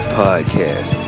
podcast